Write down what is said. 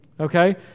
okay